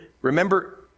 remember